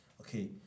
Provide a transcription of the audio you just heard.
Okay